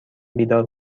بیدار